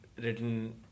written